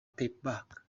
paperback